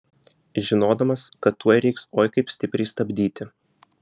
žinodamas kad tuoj reiks oi kaip stipriai stabdyti